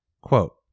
Quote